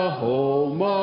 home